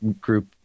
group